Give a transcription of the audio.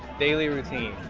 daily routine.